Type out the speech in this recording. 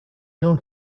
known